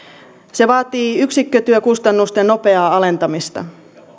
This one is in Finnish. se vaatii yksikkötyökustannusten nopeaa alentamista